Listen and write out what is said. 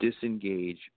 disengage